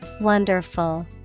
Wonderful